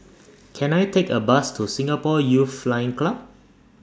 Can I Take A Bus to Singapore Youth Flying Club